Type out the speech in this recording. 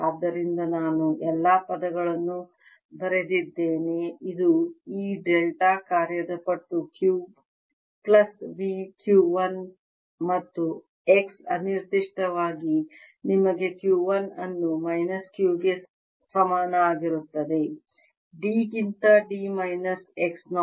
ಆದ್ದರಿಂದ ನಾನು ಎಲ್ಲಾ ಪದಗಳನ್ನು ಬರೆದಿದ್ದೇನೆ ಇದು ಈ ಡೆಲ್ಟಾ ಕಾರ್ಯದ ಪಟ್ಟು Q ಪ್ಲಸ್ V Q 1 ಮತ್ತು x ಅನಿರ್ದಿಷ್ಟವಾಗಿ ನಿಮಗೆ Q 1 ಅನ್ನು ಮೈನಸ್ Q ಗೆ ಸಮನಾಗಿರುತ್ತದೆ d ಗಿಂತ d ಮೈನಸ್ x 0 ಗೆ ಸಮನಾಗಿರುತ್ತದೆ